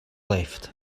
left